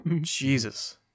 Jesus